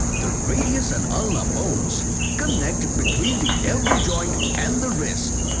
the radius and ulna bones connect between the elbow joint and the wrist.